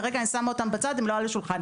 כרגע אני שמה אותם בצד הם לא על השולחן.